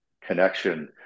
connection